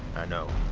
i know.